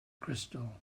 crystal